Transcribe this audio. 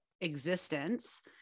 existence